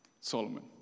Solomon